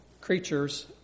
creatures